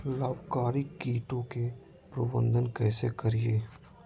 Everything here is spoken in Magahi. लाभकारी कीटों के प्रबंधन कैसे करीये?